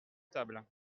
table